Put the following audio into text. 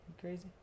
crazy